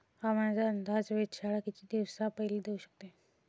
हवामानाचा अंदाज वेधशाळा किती दिवसा पयले देऊ शकते?